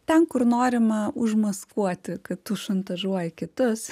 ten kur norima užmaskuoti kad tu šantažuoji kitus